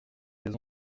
des